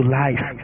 life